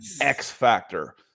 X-factor